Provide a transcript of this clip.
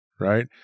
right